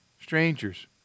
strangers